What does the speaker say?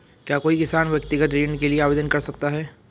क्या कोई किसान व्यक्तिगत ऋण के लिए आवेदन कर सकता है?